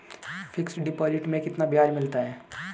Fix deposit में कितना ब्याज मिलता है?